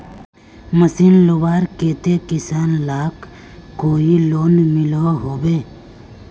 Machine लुबार केते किसान लाक कोई लोन मिलोहो होबे?